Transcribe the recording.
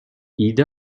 ایده